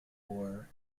war